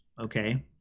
okay